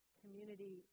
community